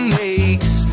makes